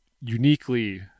uniquely